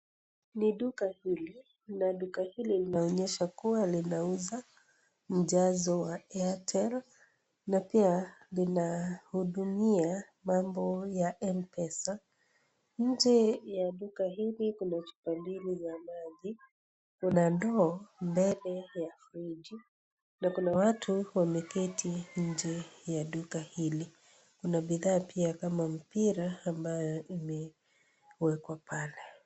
Ni duka hili, na duka hili linaonyesha kuwa linauza mjazo wa airtel, na pia linahudumia mambo na Mpesa, nje ya duka hili kuna chupa mbili vya maji, kuna ndoo mbele ya frigi na kuna, na kuna watu wameketi nje ya duka hili. Kuna bidhaa pia kama mpira ambayo imewekwa pale.